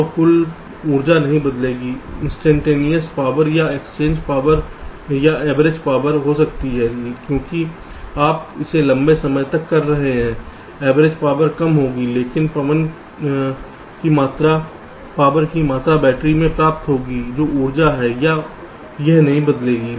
तो कुल ऊर्जा नहीं बदलेगी इंस्टैन्टेनियस पावर या एवरेज पावर हो सकती है क्योंकि आप इसे लंबे समय तक कर रहे हैं एवरेज पावर कम होगी लेकिन पवन की मात्रा बैटरी से प्राप्त होगी जो ऊर्जा है यह नहीं बदलेगी